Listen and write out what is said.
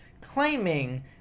claiming